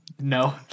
No